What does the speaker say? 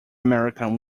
american